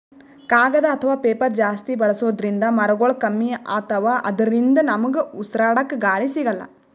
ಕಾಗದ್ ಅಥವಾ ಪೇಪರ್ ಜಾಸ್ತಿ ಬಳಸೋದ್ರಿಂದ್ ಮರಗೊಳ್ ಕಮ್ಮಿ ಅತವ್ ಅದ್ರಿನ್ದ ನಮ್ಗ್ ಉಸ್ರಾಡ್ಕ ಗಾಳಿ ಸಿಗಲ್ಲ್